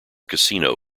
casino